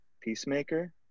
Peacemaker